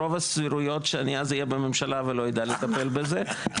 ברוב הסבירויות שאני אז אהיה בממשלה ולא אדע לטפל בזה,